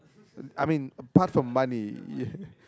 I mean apart from money